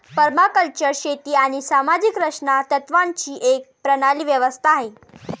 permaculture शेती आणि सामाजिक रचना तत्त्वांची एक प्रणाली व्यवस्था आहे